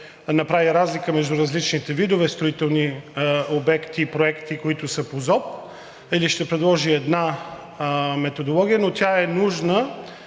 направи разлика между различните видове строителни обекти и проекти, които са по ЗОП, или ще предложи една методология, но тя е нужна